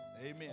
Amen